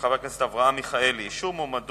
ביום י"ז בחשוון התש"ע (4 בנובמבר 2009): מועמד